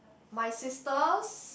my sister's